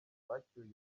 bacyuye